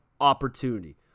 opportunity